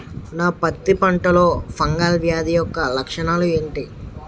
నా పత్తి పంటలో ఫంగల్ వ్యాధి యెక్క లక్షణాలు ఏంటి?